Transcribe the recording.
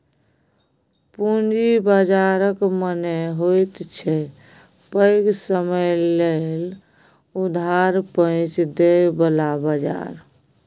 पूंजी बाजारक मने होइत छै पैघ समय लेल उधार पैंच दिअ बला बजार